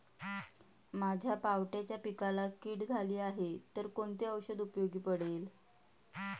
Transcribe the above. माझ्या पावट्याच्या पिकाला कीड झाली आहे तर कोणते औषध उपयोगी पडेल?